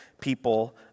people